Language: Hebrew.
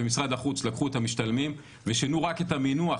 במשרד החוץ לקחו את המשתלמים ושינו רק את המינוח